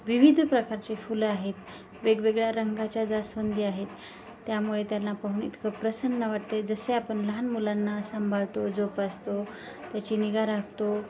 विविध प्रकारचे फुलं आहेत वेगवेगळ्या रंगाच्या जास्वंदी आहेत त्यामुळे त्यांना पाहून इतकं प्रसन्न वाटते जसे आपण लहान मुलांना सांभाळतो जोपासतो त्याची निगा राखतो